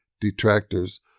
detractors